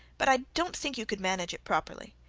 but i don't think you could manage it properly.